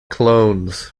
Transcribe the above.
clones